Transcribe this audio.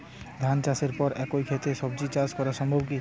ধান চাষের পর একই ক্ষেতে সবজি চাষ করা সম্ভব কি?